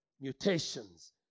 mutations